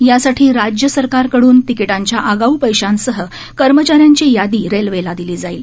त्यासाठी राज्य सरकारकडून तिकिटांच्या आगाऊ पैशांसह कर्मचाऱ्यांची यादी रेल्वेला दिली जाईल